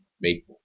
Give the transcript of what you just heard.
make